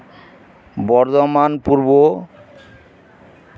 Bardhaman Purba